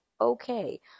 okay